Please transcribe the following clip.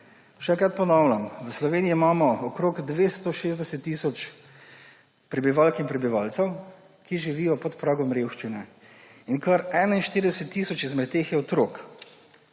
Še enkrat ponavljam, v Sloveniji imamo okrog 260 tisoč prebivalk in prebivalcev, ki živijo pod pragom revščine, kar 41 tisoč izmed teh je otrok,